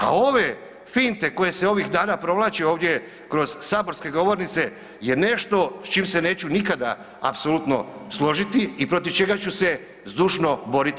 A ove finte koje se ovih dana provlače ovdje kroz saborske govornice je nešto s čime se neću nikada apsolutno složiti i protiv čega ću se zdušno boriti.